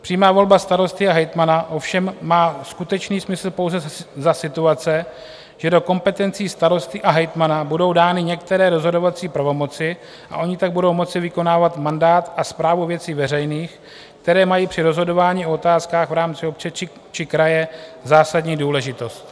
Přímá volba starosty a hejtmana ovšem má skutečný smysl pouze za situace, že do kompetencí starosty a hejtmana budou dány některé rozhodovací pravomoci a oni tam budou moci vykonávat mandát a správu věcí veřejných, které mají při rozhodování o otázkách v rámci obce či kraje zásadní důležitost.